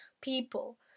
people